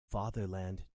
fatherland